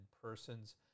persons